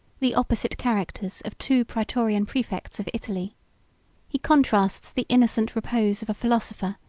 the opposite characters of two praetorian praefects of italy he contrasts the innocent repose of a philosopher,